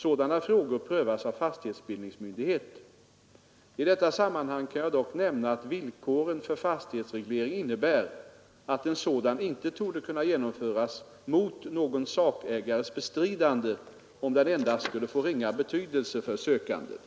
Sådana frågor prövas av fastighetsbildningsmyndighet. I detta sammanhang kan jag dock nämna att villkoren för fastighetsreglering innebär att en sådan inte torde kunna genomföras mot någon sakägares bestridande om den endast skulle få ringa betydelse för sökanden.